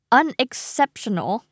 unexceptional